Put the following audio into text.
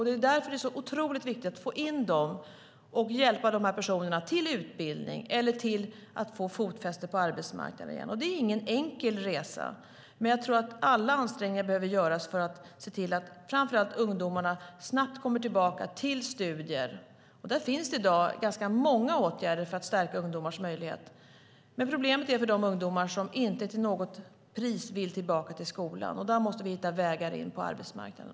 Det är därför som det är så otroligt viktigt att få in de här personerna och hjälpa dem till utbildning eller till att få fotfäste på arbetsmarknaden. Och det är ingen enkel resa. Jag tror att alla ansträngningar behöver göras för att se till att framför allt ungdomarna snabbt kommer tillbaka till studier. Där finns det i dag ganska många åtgärder för att stärka ungdomars möjligheter. Men problemet är för alla ungdomar som inte till något pris vill tillbaka till skolan. Där måste vi hitta vägar in på arbetsmarknaden.